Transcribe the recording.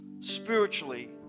spiritually